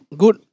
good